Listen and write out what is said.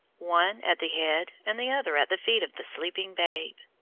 one at the head and the other at the feet of the sleeping babe.